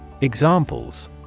Examples